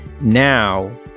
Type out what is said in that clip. Now